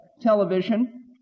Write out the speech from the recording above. television